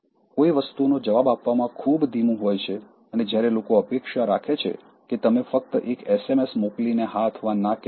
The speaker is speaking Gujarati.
કોઈ વસ્તુનો જવાબ આપવામાં ખૂબ ધીમું હોય છે અને જ્યારે લોકો અપેક્ષા રાખે છે કે તમે ફક્ત એક એસએમએસ મોકલીને હા અથવા ના કહેશો